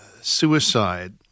suicide